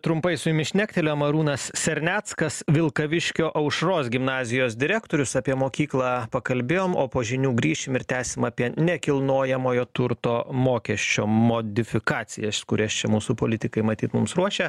trumpai su jumis šnektelėjom arūnas serneckas vilkaviškio aušros gimnazijos direktorius apie mokyklą pakalbėjom o po žinių grįšim ir tęsim apie nekilnojamojo turto mokesčio modifikaciją kurias čia mūsų politikai matyt mums ruošia